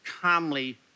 calmly